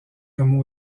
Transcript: comme